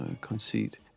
conceit